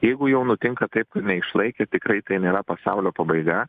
jeigu jau nutinka taip kad neišlaikė tikrai tai nėra pasaulio pabaiga